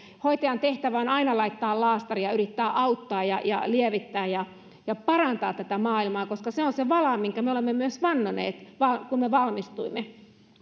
hoitajan tehtävänä on aina laittaa laastari ja yrittää auttaa ja ja lievittää ja ja parantaa tätä maailmaa koska se on se vala minkä me olemme myös vannoneet kun me valmistuimme